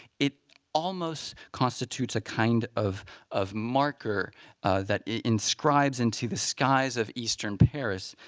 it almost constitutes a kind of of marker that inscribed into the skies of eastern paris,